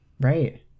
Right